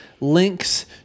Links